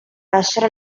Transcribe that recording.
lasciare